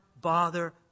bother